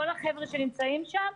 כל החבר'ה שנמצאים שם.